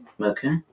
Okay